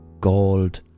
gold